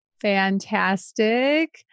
Fantastic